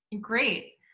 Great